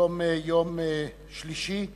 היום יום שלישי,